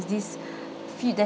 is this few there